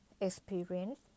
experience